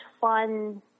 fun